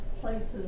places